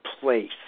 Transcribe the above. place